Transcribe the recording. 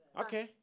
Okay